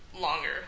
longer